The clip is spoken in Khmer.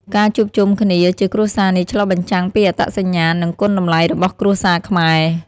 ការជួបជុំគ្នាជាគ្រួសារនេះឆ្លុះបញ្ចាំងពីអត្តសញ្ញាណ និងគុណតម្លៃរបស់គ្រួសារខ្មែរ។